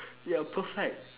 you are perfect